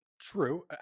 True